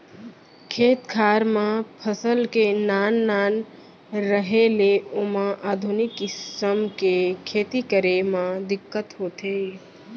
खेत खार म फसल के नान नान रहें ले ओमा आधुनिक किसम के खेती करे म दिक्कत होथे